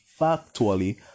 factually